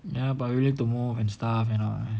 ya but we need to move and stuff you know right